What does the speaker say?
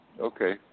Okay